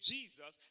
Jesus